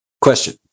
Question